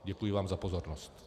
Děkuji vám za pozornost.